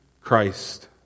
Christ